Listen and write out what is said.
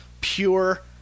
pure